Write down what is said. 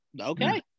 okay